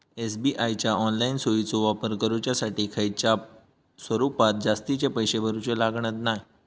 SBI च्या online सोयीचो वापर करुच्यासाठी खयच्याय स्वरूपात जास्तीचे पैशे भरूचे लागणत नाय